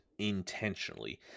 intentionally